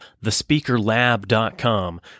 thespeakerlab.com